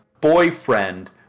boyfriend